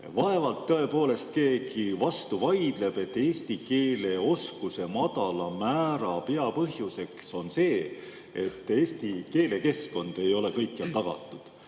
Vaevalt tõepoolest keegi vastu vaidleb, et eesti keele oskuse madala määra peapõhjus on see, et eestikeelne keskkond ei ole kõikjal tagatud.